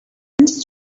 did